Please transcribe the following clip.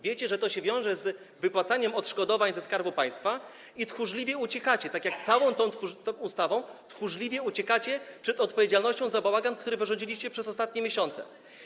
Wiecie, że to się wiąże z wypłacaniem odszkodowań ze Skarbu Państwa, i tchórzliwie uciekacie, poprzez całą tę ustawę tchórzliwie uciekacie przed odpowiedzialnością za bałagan, który zrobiliście przez ostatnie miesiące.